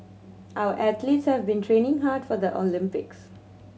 our athletes have been training hard for the Olympics